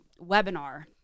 webinar